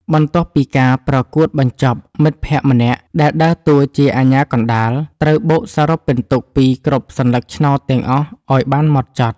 បន្ទាប់ពីការប្រកួតបញ្ចប់ មិត្តភក្តិម្នាក់ដែលដើរតួជាអាជ្ញាកណ្ដាល ត្រូវបូកសរុបពិន្ទុពីគ្រប់សន្លឹកឆ្នោតទាំងអស់ឱ្យបានហ្មត់ចត់។